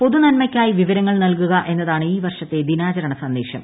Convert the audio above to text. പൊതുനന്മയ്ക്കായി വ്യിവരങ്ങൾ നൽകുക എന്നതാണ് ഈ വർഷത്തെ ദിനാചരണ സന്ദേശം